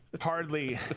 hardly